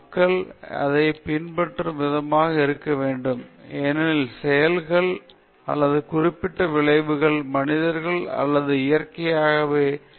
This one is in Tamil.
மக்கள் இதை பற்றி மிகவும் கவனமாக இருக்க வேண்டும் ஏனெனில்சில செயல்கள் அல்லது குறிப்பிட்ட விளைவுகளை மனிதர்கள் அல்லது இயற்கையோ விலங்குகளோ பாதிக்கலாம்